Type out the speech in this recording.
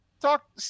talk